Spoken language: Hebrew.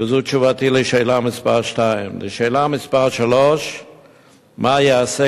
וזו תשובתי על שאלה מס' 2. 3. מה ייעשה